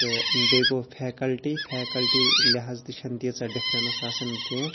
تہٕ بیٚیہِ گوٚو پھیکَلٹی پھیکَلٹی لِحاظ تہِ چھَنہٕ تیٖژاہ ڈِفرنٕس آسان کینٛہہ